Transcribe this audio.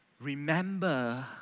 remember